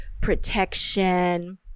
protection